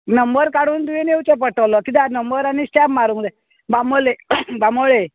number काडून तुवेन येवचें पडटलो किद्याक नंबर आनी स्टॅम्प मारूंक जाय बांबोळे बांबोळे